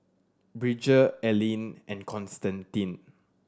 Bridger Ellyn and Constantine